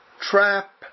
trap